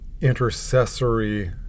intercessory